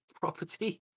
property